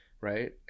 right